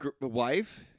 wife